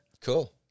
Cool